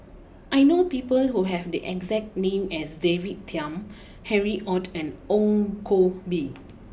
I know people who have the exact name as David Tham Harry Ord and Ong Koh Bee